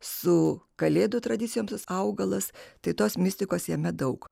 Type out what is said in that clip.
su kalėdų tradicijomis augalas tai tos mistikos jame daug